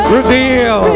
reveal